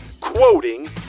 quoting